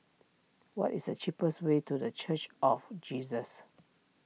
what is the cheapest way to the Church of Jesus